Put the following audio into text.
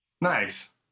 Nice